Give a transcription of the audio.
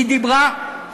היא דיברה,